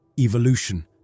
Evolution